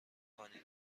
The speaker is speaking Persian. کنید